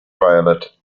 violet